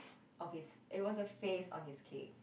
of his it was a face on his cake